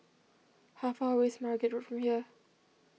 how far away is Margate Road from here